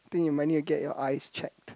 pin your money and get your eyes check